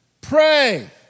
pray